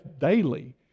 daily